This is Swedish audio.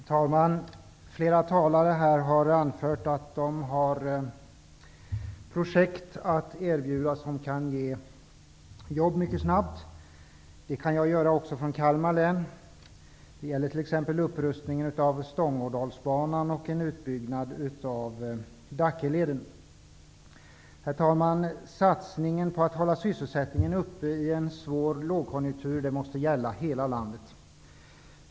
Herr talman! Flera talare här har anfört att de har projekt att erbjuda som mycket snabbt kan ge jobb. Det har jag också, exempelvis en upprustning av Herr talman! Satsningen på att hålla sysselsättningen uppe i en svår lågkonjunktur måste gälla hela landet.